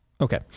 Okay